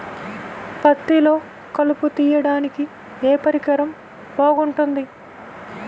పత్తిలో కలుపు తీయడానికి ఏ పరికరం బాగుంటుంది?